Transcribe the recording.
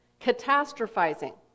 catastrophizing